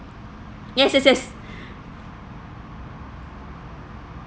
yes yes yes